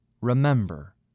remember